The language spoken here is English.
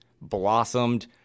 blossomed